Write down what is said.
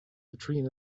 between